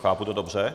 Chápu to dobře?